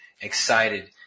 excited